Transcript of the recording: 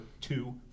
two